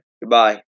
Goodbye